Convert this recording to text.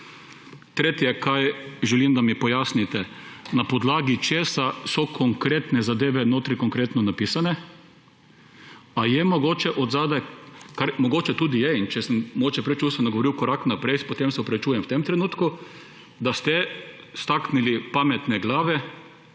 Tretje, kar želim, da mi pojasnite. Na podlagi česa so konkretne zadeve notri konkretno zapisane? Ali je mogoče od zadaj, kar mogoče tudi je – in če sem mogoče preveč čustveno govoril – korak naprej, potem se opravičujem v tem trenutku, da ste staknili pametne glave